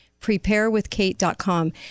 Preparewithkate.com